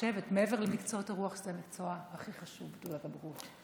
חושבת שמעבר למקצועות הרוח זה המקצוע הכי חשוב בתעודת הבגרות.